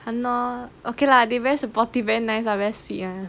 !hannor! okay lah they very supportive very nice ah very sweet ah